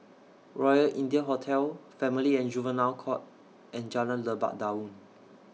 Royal India Hotel Family and Juvenile Court and Jalan Lebat Daun